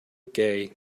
gay